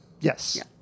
Yes